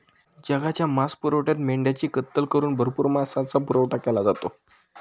जगाच्या मांसपुरवठ्यात मेंढ्यांची कत्तल करून भरपूर मांसाचा पुरवठा केला जातो